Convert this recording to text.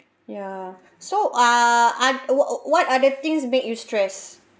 ya so ah I'm uh what w~ what other things make you stress